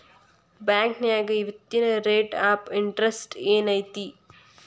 ಬಾಂಕ್ನ್ಯಾಗ ಇವತ್ತಿನ rate of interest ಏನ್ ಐತಿ